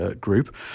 group